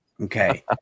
Okay